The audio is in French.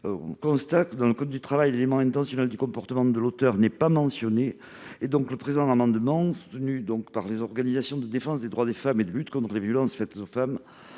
Mme Cohen : dans le code du travail, l'élément intentionnel du comportement de l'auteur n'est pas mentionné. Cet amendement, soutenu par les organisations de défense des droits des femmes et de lutte contre les violences faites aux femmes,